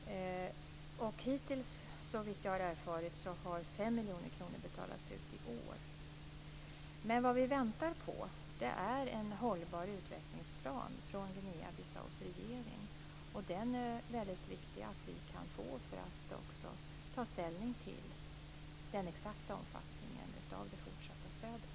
Och hittills har, såvitt jag har erfarit, 5 miljoner kronor betalats ut i år. Men vad vi väntar på är en hållbar utvecklingsplan från Guinea-Bissaus regering. Det är väldigt viktigt att vi får en sådan för att kunna ta ställning till den exakta omfattningen av det fortsatta stödet.